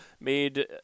made